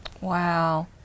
Wow